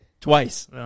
twice